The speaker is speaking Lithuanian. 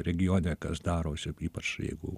regione kas darosi ypač jeigu